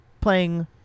playing